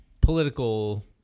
political